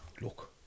look